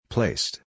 Placed